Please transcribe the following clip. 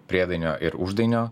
priedainio ir uždainio